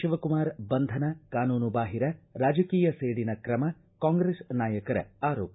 ಶಿವಕುಮಾರ್ ಬಂಧನ ಕಾನೂನು ಬಾಹಿರ ರಾಜಕೀಯ ಸೇಡಿನ ಕ್ರಮ ಕಾಂಗ್ರೆಸ್ ನಾಯಕರ ಆರೋಪ